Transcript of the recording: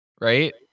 Right